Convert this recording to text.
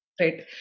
Right